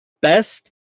Best